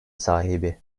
sahibi